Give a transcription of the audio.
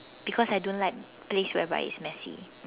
because I don't like place whereby it's messy